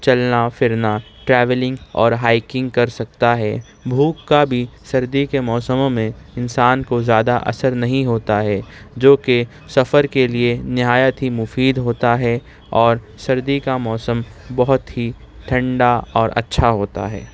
چلنا پھرنا ٹریولنگ اور ہائکنگ کر سکتا ہے بھوک کا بھی سردی کے موسموں میں انسان کو زیادہ اثر نہیں ہوتا ہے جو کہ سفر کے لیے نہایت ہی مفید ہوتا ہے اور سردی کا موسم بہت ہی ٹھنڈا اور اچھا ہوتا ہے